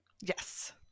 Yes